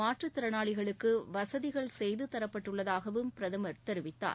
மாற்றுத்திறனாளிகளுக்கு வசதிகள் செய்து தரப்பட்டுள்ளதாகவும் பிரதமர் தெரிவித்தார்